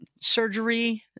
surgery